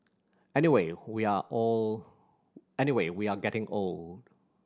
anyway we are old anyway we are getting old